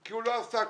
כי הוא לא עשה כלום.